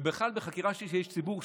ובכלל בחקירה של איש ציבור,